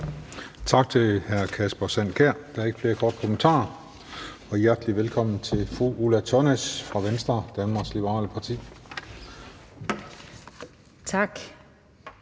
Tak til hr. Kasper Sand Kjær. Der er ikke flere korte bemærkninger, og så siger jeg hjertelig velkommen til fru Ulla Tørnæs, Venstre, Danmarks Liberale Parti. Kl.